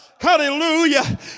hallelujah